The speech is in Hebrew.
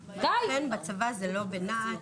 לכן, בצבא זה לא בנע"ת.